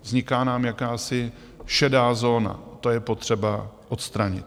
Vzniká nám jakási šedá zóna a to je potřeba odstranit.